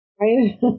Right